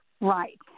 Right